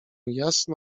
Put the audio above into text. jasno